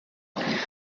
roedd